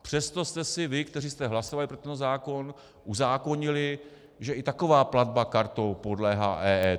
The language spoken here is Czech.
Přesto jste si vy, kteří jste hlasovali pro tento zákon, uzákonili, že i taková platba kartou podléhá EET.